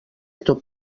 tot